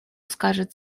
скажет